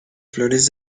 flores